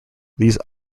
these